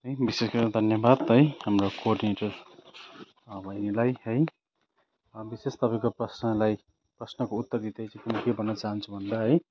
है विशेष गरी धन्यवाद है हाम्रो कोडिनेटर बहिनीलाई है विशेष तपाईँको प्रश्नलाई प्रश्नको उत्तर दिँदै चाहिँ म के भन्न चहान्छु भन्दा है